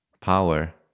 power